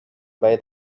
buy